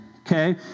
Okay